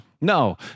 No